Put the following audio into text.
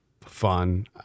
fun